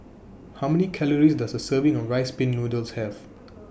How Many Calories Does A Serving of Rice Pin Noodles Have